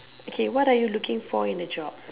okay what are you looking for in a job